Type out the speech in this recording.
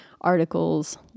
articles